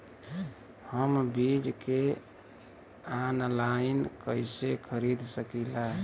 हम बीज के आनलाइन कइसे खरीद सकीला?